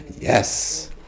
Yes